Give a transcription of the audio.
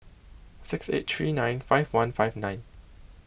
six eight three nine five one five nine